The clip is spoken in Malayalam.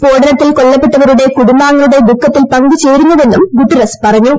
സ്ഫോടനത്തിൽ കൊല്ലപ്പെട്ടവരുടെ കുടുംബാംഗങ്ങളുടെട്ട് ദുഖത്തിൽ പങ്ക് ചേരുന്നുവെന്നും ഗുട്ടെരെസ് പറഞ്ഞു